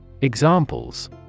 Examples